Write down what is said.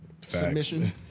submission